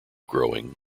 growing